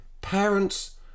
parents